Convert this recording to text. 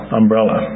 umbrella